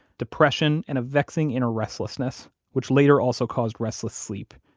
depression and a vexing inner restlessness, which later also caused restless sleep.